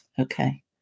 Okay